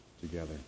together